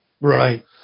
Right